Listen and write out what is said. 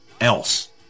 else